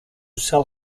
cell